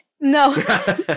No